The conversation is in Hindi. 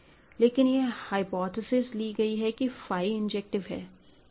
लेकिन यह हाइपोथिसिस ली गई है कि फाई इंजेक्टिव है